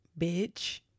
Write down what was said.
Bitch